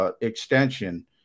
extension